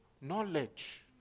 Knowledge